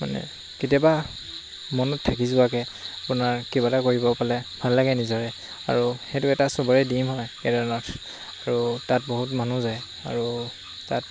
মানে কেতিয়াবা মনত থাকি যোৱাকৈ আপোনাৰ কিবা এটা কৰিব পালে ভাল লাগে নিজৰে আৰু সেইটো এটা চবৰে দিম হয় কেদাৰনাথ আৰু তাত বহুত মানুহ যায় আৰু তাত